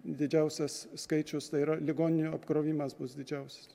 didžiausias skaičius tai yra ligoninių apkrovimas bus didžiausias